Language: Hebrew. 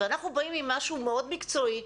ואנחנו באים עם משהו מאוד מקצועי,